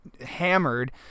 hammered